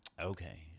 Okay